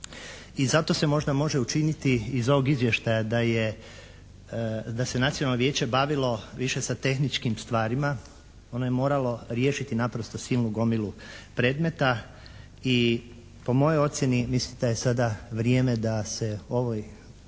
I zato se možda može učiniti iz ovog izvještaja da je, da se Nacionalno vijeće bavilo više sa tehničkim stvarima. Ono je moralo riješiti naprosto silu gomilu predmeta i po mojoj ocjeni mislim daje sada vrijeme da se ovoj,